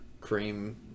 cream